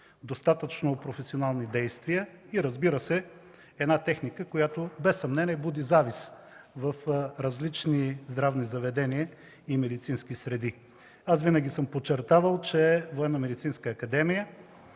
достатъчно професионални действия и, разбира се, една техника, която без съмнение буди завист в различни здравни заведения и медицински среди. Аз винаги съм подчертавал, че